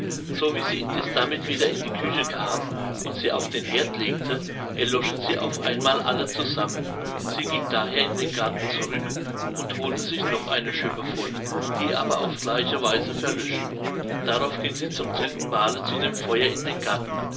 so wie sie indeß damit wieder in die küche kam und sie auf den heerd legte erloschen sie auf einmal alle zusammen sie ging daher in den garten zurück und holte sich noch eine schüppe voll die aber auf gleiche weise verlöschten darauf ging sie zum dritten male zu dem feuer in den garten